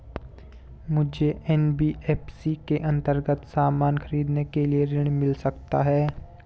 मुझे एन.बी.एफ.सी के अन्तर्गत सामान खरीदने के लिए ऋण मिल सकता है?